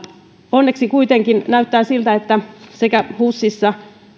onneksi kuitenkin näyttää siltä että husissa